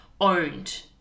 owned